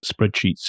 spreadsheets